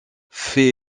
fait